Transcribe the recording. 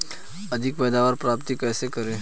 अधिकतम पैदावार प्राप्त कैसे करें?